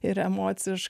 ir emociškai